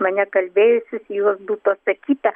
mane kalbėjusis juos būtų atsakyta